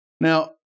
Now